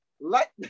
Let